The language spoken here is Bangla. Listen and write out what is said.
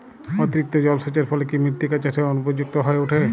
অতিরিক্ত জলসেচের ফলে কি মৃত্তিকা চাষের অনুপযুক্ত হয়ে ওঠে?